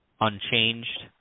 unchanged